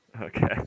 okay